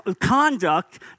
conduct